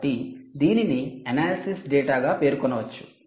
కాబట్టి దీనిని ఎనాలిసిస్ డేటాగా పేర్కొనవచ్చు